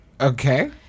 Okay